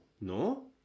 no